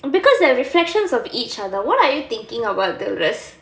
because they are reflections of each other what are you thinking about dilrus